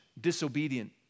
disobedient